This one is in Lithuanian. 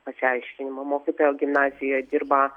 pasiaiškinimo mokytoja gimnazijoje dirba